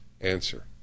answer